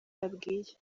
yabwiye